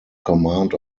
command